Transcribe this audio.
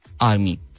army